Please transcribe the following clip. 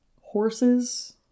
horses